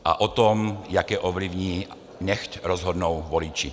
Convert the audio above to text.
A o tom, jak je ovlivní, nechť rozhodnou voliči.